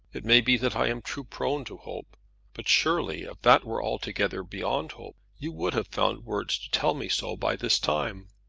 it may be that i am too prone to hope but surely, if that were altogether beyond hope, you would have found words to tell me so by this time.